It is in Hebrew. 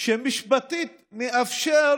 שמשפטית מאפשר